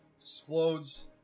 explodes